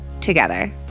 together